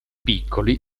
piccoli